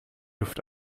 luft